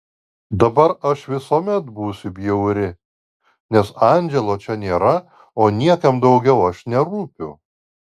dabar aš visuomet būsiu bjauri nes andželo čia nėra o niekam daugiau aš nerūpiu